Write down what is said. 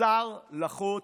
שר לחוץ,